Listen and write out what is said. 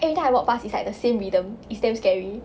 everytime I walk pass is like the same rhythm it's damn scary